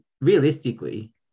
realistically